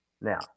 now